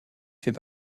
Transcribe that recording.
fait